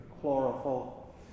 chlorophyll